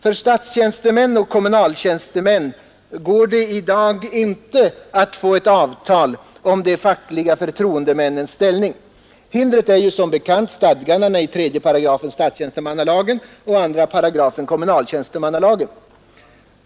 För statstjänstemän och kommunaltjänstemän går det i dag inte att få ett avtal om de fackliga förtroendemännens ställning. Hindret är som bekant stadgandena i 3 § statstjänstemannalagen och 2 § kommunaltjänstemannalagen.